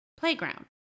Playground